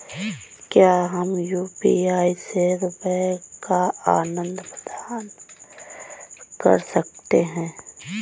क्या हम यू.पी.आई से रुपये का आदान प्रदान कर सकते हैं?